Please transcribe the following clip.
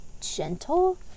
gentle